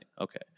Okay